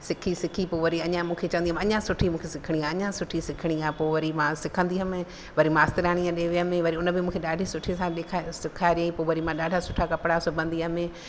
सिखी सिखी पोइ वरी अञा मूंखे चवंदीअं अञा मूंखे चवंदी अञा सुठी मूंखे सिखणी आहे अञा सुठी सिखणी आहे पोइ वरी मां सिखंदी हुअमि वरी मास्तरियाणीअ ॾे वयमि वरी उन बि मूंखे ॾाढे सुठे सां सेखारी पोइ वरी मां ॾाढा सुठा कपिड़ा सिबंदी हुअमि